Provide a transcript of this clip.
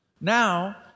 Now